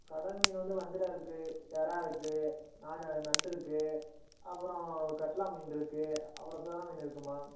கடல் மீன் வந்து வஞ்சிரம் இருக்குது இறா இருக்குது நான நண்டிருக்கு அப்புறம் கட்லா மீனிருக்கு அப்புறம் சுறா மீன் இருக்குதும்மா